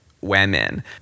women